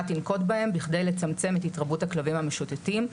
תנקוט בכדי לצמצם את התרבות הכלבים המשוטטים.